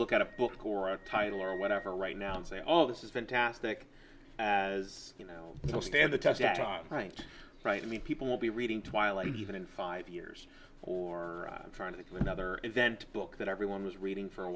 look at a book or a title or whatever right now and say all this is fantastic as you know it will stand the test right right i mean people will be reading twilight even in five years or trying to do another event book that everyone was reading for a